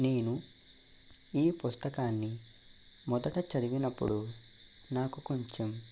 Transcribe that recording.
నేను ఈ పుస్తకాన్ని మొదట చదివినప్పుడు నాకు కొంచెం